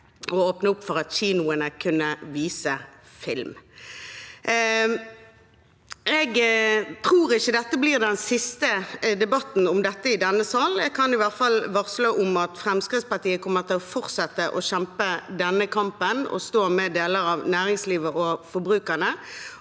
og åpne opp for at kinoene kunne vise film. Jeg tror ikke dette blir den siste debatten om dette i denne sal. Jeg kan i hvert fall varsle at Fremskrittspartiet kommer til å fortsette å kjempe denne kampen og stå med deler av næringslivet og forbrukerne,